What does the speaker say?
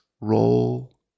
roll